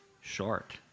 short